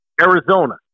Arizona